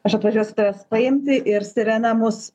aš atvažiuosiu tavęs paimti ir sirena mus